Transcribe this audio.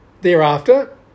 Thereafter